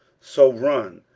so run,